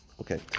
Okay